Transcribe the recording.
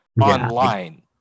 Online